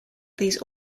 these